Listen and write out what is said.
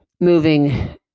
Moving